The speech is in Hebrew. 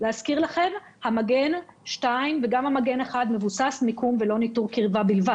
ואני מזכיר שהמגן 1 והמגן 2 מבוססים מיקום ולא ניטור קרבה בלבד